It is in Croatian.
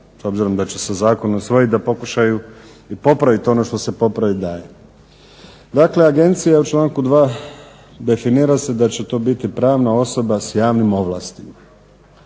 obzirom da će se zakon usvojiti, da pokušaju i popraviti ono što se popraviti da. Dakle agencija u članku 2. definira se da će to biti pravna osoba s javnim ovlastima,